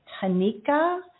Tanika